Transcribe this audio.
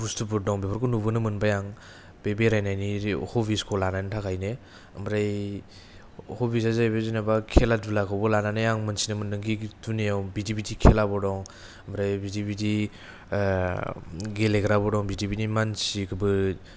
बुस्तुफोर दं बेफोरखौ नुबोनो मोनबाय आं बे बेरायनायनि रि' हभिसखौ लानायनि थाखायनो ओमफ्राय हभिसा जायैबाय जेनबा खेला दुलाखौबो लानानै आं मिथिनो मोनदों खि दुनियाव बिदि बिदि खेलाबो दं ओमफ्राय बिदि बिदि गेलेग्राबो दं बिदि बिदि मानसिबो